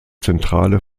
zentrale